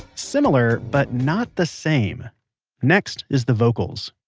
similar but not the same next is the vocals.